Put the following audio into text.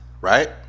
right